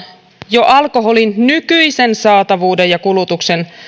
jo alkoholin nykyisen saatavuuden ja kulutuksen